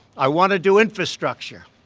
i want to do infrastructure.